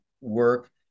work